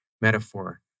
metaphor